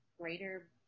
greater